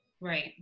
right